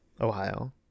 Ohio